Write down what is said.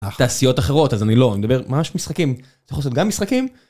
תעשיות אחרות אז אני, לא, אני מדבר ממש משחקים, אתה יכול לעשות גם משחקים.